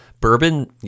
Bourbon